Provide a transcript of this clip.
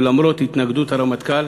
ולמרות התנגדות הרמטכ"ל,